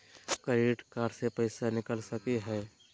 Credit card से पैसा निकल सकी हय?